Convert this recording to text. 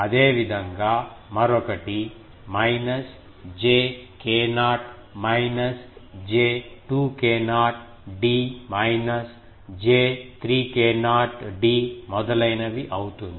అదేవిధంగా మరొకటి minus j k0 minus j 2 k0 d minus j 3 k0 d మొదలైనవి అవుతుంది